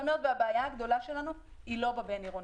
והבעיה הגדולה שלנו היא לא בבין-עירוני,